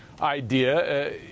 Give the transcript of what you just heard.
idea